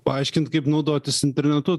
paaiškint kaip naudotis internetu